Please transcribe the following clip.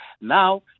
now